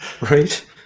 Right